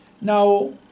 Now